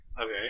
Okay